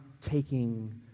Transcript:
taking